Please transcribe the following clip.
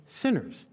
sinners